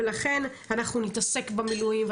ולכן אנחנו נתעסק במילואים,